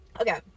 okay